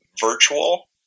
virtual